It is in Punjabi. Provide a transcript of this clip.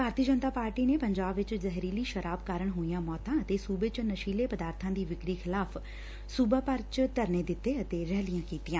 ਭਾਰਤੀ ਜਨਤਾ ਪਾਰਟੀ ਨੇ ਪੰਜਾਬ ਚ ਜ਼ਹਿਰੀਲੀ ਸ਼ਰਾਬ ਕਾਰਨ ਹੋਈਆਂ ਮੌਤਾਂ ਅਤੇ ਸੂਬੇ ਚ ਨਸ਼ੀਲੇ ਪਦਾਰਥਾ ਦੀ ਵਿਕਰੀ ਖਿਲਾਫ਼ ਸੁਬਾ ਭਰ ਚ ਧਰਨੇ ਦਿੱਤੇ ਅਤੇ ਰੈਲੀਆ ਕੀਤੀਆਂ